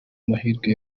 amahirwe